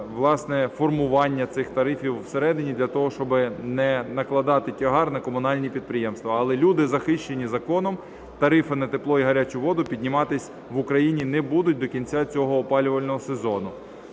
власне, формування цих тарифів всередині для того, щоби не накладати тягар на комунальні підприємства. Але люди захищені законом, тарифи на тепло і гарячу воду підніматись в Україні не будуть до кінця цього опалювального сезону.